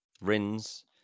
Rins